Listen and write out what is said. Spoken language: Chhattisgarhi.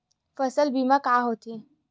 फसल बीमा का होथे?